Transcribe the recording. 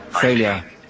Failure